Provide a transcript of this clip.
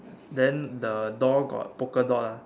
then the door got polka dot ah